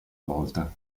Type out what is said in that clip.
volta